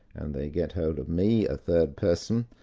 and they get hold of me, a third person,